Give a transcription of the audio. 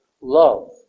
love